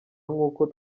nk’uko